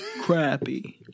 crappy